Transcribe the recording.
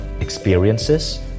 experiences